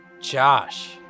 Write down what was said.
Josh